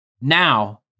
Now